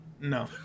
No